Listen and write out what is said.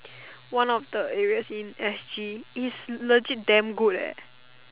one of the areas in S_G it's legit damn good leh